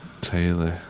Taylor